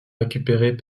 récupérés